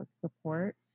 support